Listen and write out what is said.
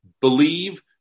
believe